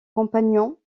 compagnons